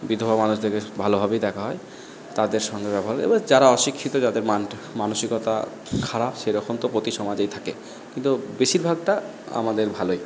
বিধবা মানুষদেরকে ভালভাবেই দেখা হয় তাদের সঙ্গে ব্যবহারে এবার যারা অশিক্ষিত যাদের মানসিকতা খারাপ সে রকম তো প্রতি সমাজেই থাকে কিন্তু বেশিরভাগটা আমাদের ভালোই